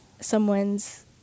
someone's